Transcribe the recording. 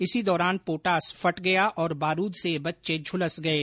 इसी दौरान पोटास फट गया ओर बारूद से ये बच्चे झूलेस गये